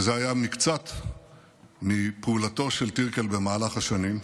וזה היה מקצת מפעולתו של טירקל במהלך השנים.